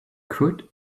could